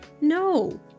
No